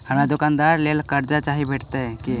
हमरा दुकानक लेल कर्जा चाहि भेटइत की?